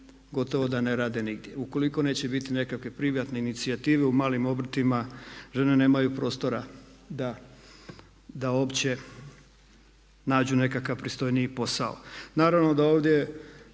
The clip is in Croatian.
gotovo da ne rade nigdje. Ukoliko neće biti nekakve privatne inicijative u malim obrtima žene nemaju prostora da uopće nađu nekakav pristojniji posao. Naravno da ovdje